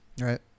Right